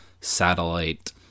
satellite